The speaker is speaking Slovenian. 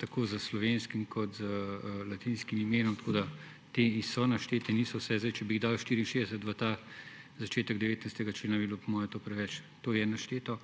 tako s slovenskim kot z latinskim imenom, tako da te so naštete, niso vse. Zdaj, če bi jih dal 64 v ta začetek 19. člena bi bilo po moje to preveč. To je našteto.